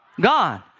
God